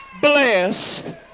blessed